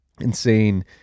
insane